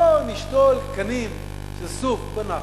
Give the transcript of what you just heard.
בוא נשתול קנים של סוף בנחל,